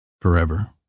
forever